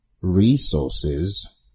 resources